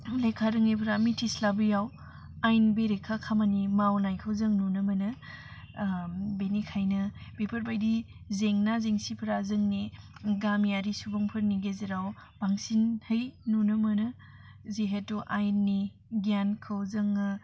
लेखा रोङिफ्रा मिथिस्लाबैआव आयेन बेरेखा खामानि मावनायखौ जों नुनो मोनो बिनिखायनो बिफोरबायदि जेंना जेंसिफ्रा जोंनि गामियारि सुबुंफोरनि गेजेराव बांसिनहै नुनो मोनो जिहेथु आयेननि गियानखौ जोङो